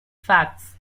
facts